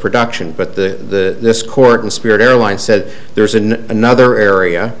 production but the court in spirit airlines said there's in another area